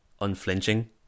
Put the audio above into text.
unflinching